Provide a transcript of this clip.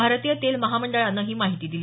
भारतीय तेल महामंडळानं ही माहिती दिली